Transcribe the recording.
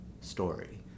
story